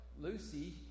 Lucy